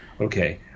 Okay